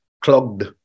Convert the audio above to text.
clogged